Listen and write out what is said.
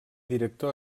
director